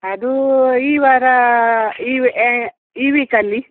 ಅದೂ ಈ ವಾರ ಈ ವೆ ಈ ವೀಕ್ ಅಲ್ಲಿ